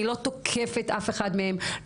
אני לא תוקפת אף אחד מהם.